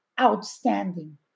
outstanding